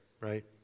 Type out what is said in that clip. right